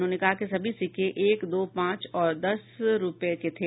उन्होंने कहा कि सभी सिक्के एक दो पांच और दस रुपये के थे